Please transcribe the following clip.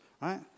right